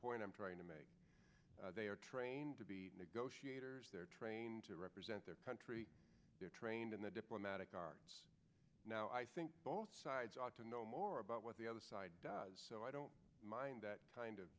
point i'm trying to make they are trained to be negotiators they're trained to represent their country they're trained in the diplomatic now i think both sides ought to know more about what the other side does so i don't mind